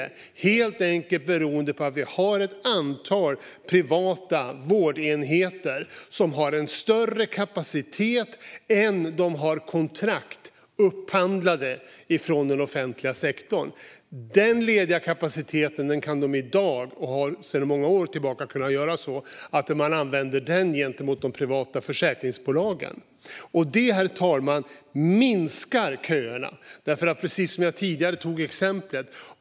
Det är helt enkelt beroende på att vi har ett antal privata vårdenheter som har en större kapacitet än den som de har kontrakt upphandlade för från den offentliga sektorn. Den lediga kapaciteten kan de i dag och har sedan många år tillbaka kunnat använda gentemot de privata försäkringsbolagen. Det, herr talman, minskar köerna. Det är precis som jag tidigare tog som exempel.